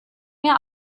mehr